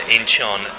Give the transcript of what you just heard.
Incheon